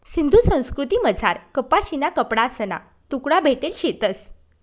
सिंधू संस्कृतीमझार कपाशीना कपडासना तुकडा भेटेल शेतंस